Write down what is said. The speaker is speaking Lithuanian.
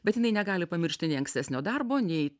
bet jinai negali pamiršti nei ankstesnio darbo nei